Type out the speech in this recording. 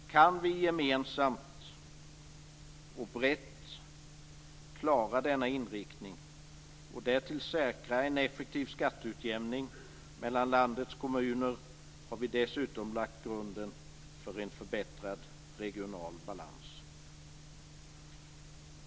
Kan vi gemensamt och brett klara denna inriktning och därtill säkra en effektiv skatteutjämning mellan landets kommuner har vi dessutom lagt grunden för en förbättrad regional balans.